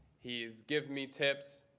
he's given me tips.